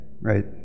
right